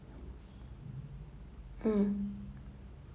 mm